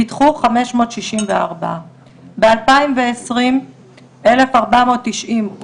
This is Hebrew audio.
נדחו 564. בשנת 2020 אושרו 1,490,